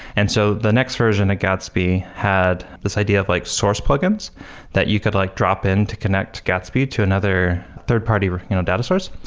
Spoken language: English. and so the next version of gatsby had this idea of like source plugins that you could like drop in to connect gatsby to another third-party you know data source,